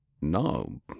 No